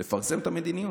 זה לפרסם את המדיניות,